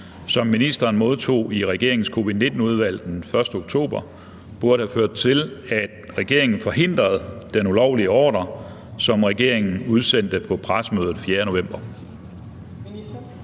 som ministeren modtog i regeringens covid-19-udvalg den 1. oktober, burde have ført til, at regeringen forhindrede den ulovlige ordre, som regeringen udsendte på pressemødet den 4. november?